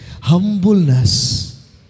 Humbleness